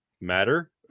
matter